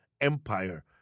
empire